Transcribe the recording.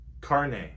carne